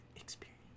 Experience